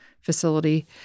facility